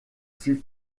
fut